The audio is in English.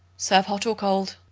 serve hot or cold.